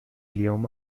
اليوم